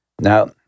Now